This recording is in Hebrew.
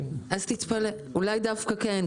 אז תתפלא, אולי דווקא כן.